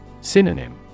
Synonym